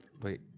Wait